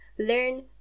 Learn